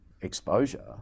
exposure